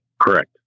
Correct